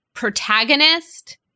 Protagonist